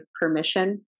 permission